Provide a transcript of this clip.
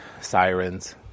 sirens